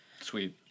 Sweet